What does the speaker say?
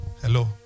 Hello